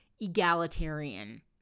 egalitarian